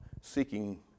seeking